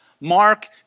Mark